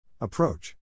Approach